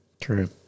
True